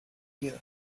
you